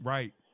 Right